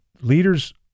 leaders